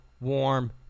warm